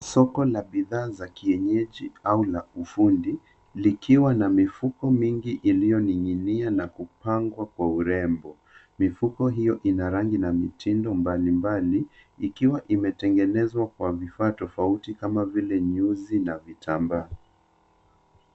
Soko la bidhaa la kienyeji au la kiufundi likiwa na mifuko mingi iliyoning'inia na kupangwa kwa urembo. Mifuko hiyo ina rangi na mitindo mbalimbali ikiwa imetengenezwa kwa vifaa tofauti kama vile nyuzi na vitambaa.